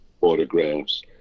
autographs